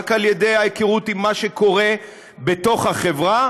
רק על ידי ההיכרות עם מה שקורה בתוך החברה,